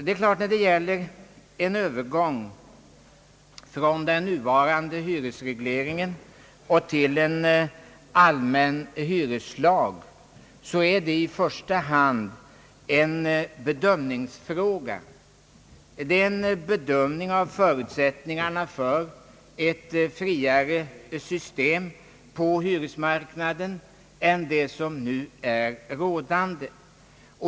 En övergång från den nuvarande hyresregleringen till en allmän hyreslag är i första hand en bedömningsfråga. Det gäller en bedömning av förutsättningarna för ett friare system på hyresmarknaden än det som nu är rådande.